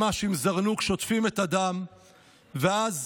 ממש שוטפים את הדם עם זרנוק ואז